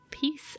Peace